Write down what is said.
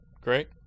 Great